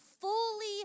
fully